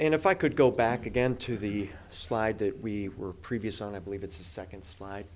and if i could go back again to the slide that we were previous on i believe it's a second slide